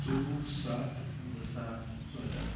ژوٚوُہ سَتھ زٕ ساس ژۄداہ